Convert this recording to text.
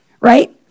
right